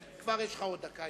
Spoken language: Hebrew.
כבר יש לך עוד דקה.